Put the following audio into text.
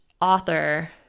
author